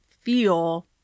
feel